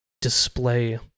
display